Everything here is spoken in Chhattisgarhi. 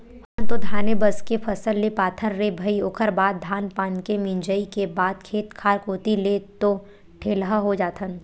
हमन तो धाने बस के फसल ले पाथन रे भई ओखर बाद धान पान के मिंजई के बाद खेत खार कोती ले तो ठेलहा हो जाथन